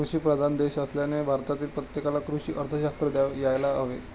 कृषीप्रधान देश असल्याने भारतातील प्रत्येकाला कृषी अर्थशास्त्र यायला हवे